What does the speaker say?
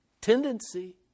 tendency